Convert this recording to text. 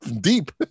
deep